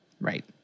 right